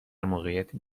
موقعیتی